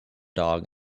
dog